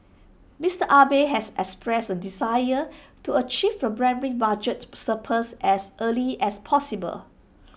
Mister Abe has expressed A desire to achieve the primary budget surplus as early as possible